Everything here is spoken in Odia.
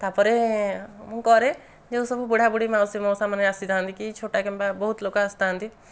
ତାପରେ ମୁଁ କରେ ଯେଉଁ ସବୁ ବୁଢ଼ାବୁଢ଼ୀ ମାଉସୀ ମାଉସା ମାନେ ଆସିଥାନ୍ତି କି ଛୋଟା କେମ୍ପା ବହୁତ ଲୋକ ଆସିଥାନ୍ତି